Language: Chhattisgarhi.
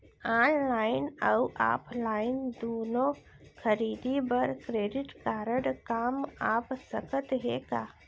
ऑनलाइन अऊ ऑफलाइन दूनो खरीदी बर क्रेडिट कारड काम आप सकत हे का?